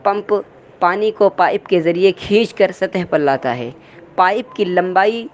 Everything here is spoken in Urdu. پمپ پانی کو پائپ کے ذریعے کھیچ کر سطح پر لاتا ہے پائپ کی لمبائی